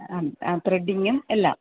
അം ആ ത്രെഡിഗും എല്ലാം